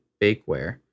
bakeware